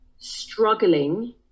Struggling